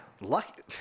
Lucky